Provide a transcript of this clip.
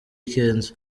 kenzo